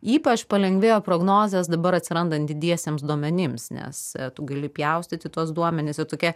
ypač palengvėjo prognozės dabar atsirandant didiesiems duomenims nes tu gali pjaustyti tuos duomenis jie tokią